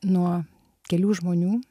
nuo kelių žmonių